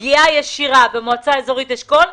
כעת הייתה פגיעה ישירה במועצה האזורית אשכול,